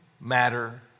matter